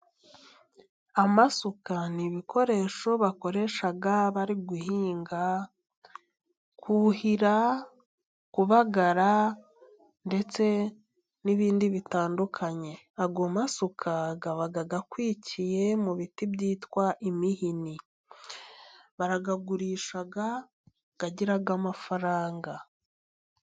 Amasuka ni ibikoresho bakoresha bari guhinga, kuhira, kubagara ndetse n'ibindi bitandukanye. Ayo masuka aba akwikiye mu biti byitwa imihini. Barayagurisha agira amafaranga.